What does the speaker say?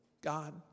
God